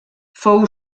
fou